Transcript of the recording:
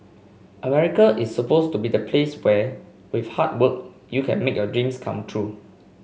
America is supposed to be the place where with hard work you can make your dreams come true